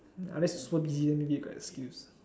unless super busy then you got excuse